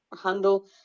handle